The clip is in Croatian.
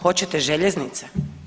Hoćete željeznice?